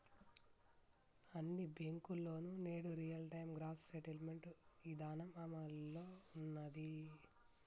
అన్ని బ్యేంకుల్లోనూ నేడు రియల్ టైం గ్రాస్ సెటిల్మెంట్ ఇదానం అమల్లో ఉన్నాది